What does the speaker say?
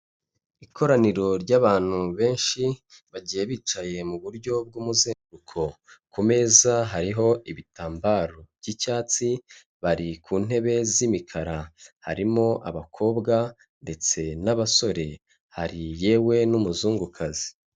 Ikoraniro ry'abantu benshi bagiye bicaye mu buryo bw'umuzenguruko, ku meza hariho ibitambaro by'icyatsi, bari ku ntebe z'imikara harimo abakobwa ndetse n'abasore, hari yewe n'umuzungukazi.